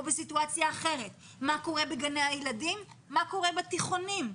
בסיטואציה אחרת; מה קורה בגני הילדים; מה קורה בתיכונים.